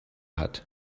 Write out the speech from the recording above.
hat